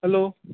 hello